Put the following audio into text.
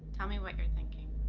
tell me what you're thinking.